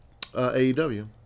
AEW